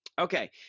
Okay